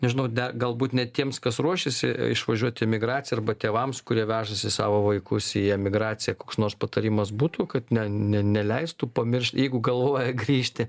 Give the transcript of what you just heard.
nežinau de galbūt net tiems kas ruošiasi išvažiuot į emigracija arba tėvams kurie vežasi į savo vaikus į emigraciją koks nors patarimas būtų kad ne ne ne leistų pamirš jeigu galvoja grįžti